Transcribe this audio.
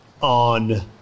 on